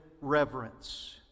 reverence